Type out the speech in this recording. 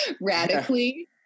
radically